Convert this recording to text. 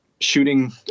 shooting